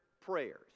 prayers